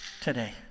today